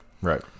Right